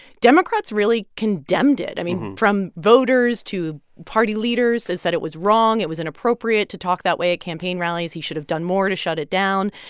democrats really condemned it, i mean, from voters to party leaders. they said it was wrong. it was inappropriate to talk that way at campaign rallies. he should have done more to shut it down.